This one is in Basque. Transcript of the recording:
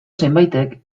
zenbaitek